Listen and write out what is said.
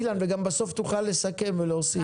אילן, בסוף תוכל לסכם ולהוסיף.